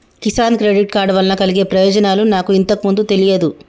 Kisan credit card వలన కలిగే ప్రయోజనాలు నాకు ఇంతకు ముందు తెలియదు